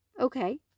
Okay